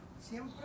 siempre